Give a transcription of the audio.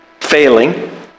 failing